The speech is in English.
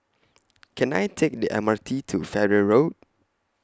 Can I Take The M R T to Farrer Road